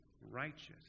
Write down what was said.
righteous